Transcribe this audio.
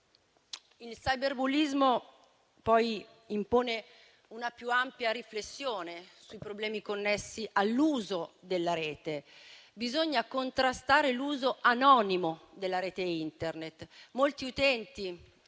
Il cyberbullismo, poi, impone una più ampia riflessione sui problemi connessi all'uso della Rete. Bisogna contrastare l'uso anonimo della rete Internet. Molti utenti